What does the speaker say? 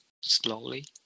slowly